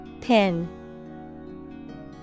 Pin